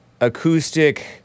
acoustic